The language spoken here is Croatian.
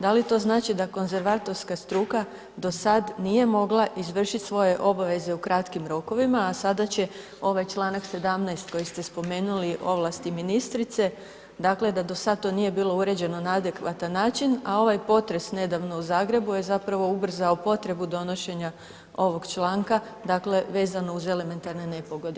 Da li to znači da konzervatorska struka do sad nije mogla izvršit svoje obaveze u kratkim rokovima, a sada će ovaj čl. 17. koji ste spomenuli, ovlasti ministrice, dakle da do sad to nije bilo uređeno na adekvatan način, a ovaj potres nedavno u Zagrebu je zapravo ubrzao potrebu donošenja ovog članka, dakle vezano uz elementarne nepogode.